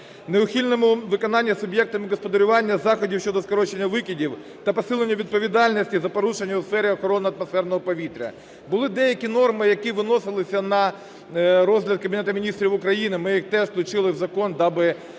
неухильному виконанню суб'єктами господарювання заходів щодо скорочення викидів та посиленню відповідальності за порушення у сфері охорони атмосферного повітря. Були деякі норми, які виносилися на розгляд Кабінету Міністрів України. Ми їх теж включили в закон, даби